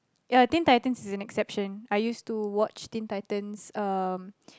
ya Teen-Titans is an exception I used to watch Teen-Titans um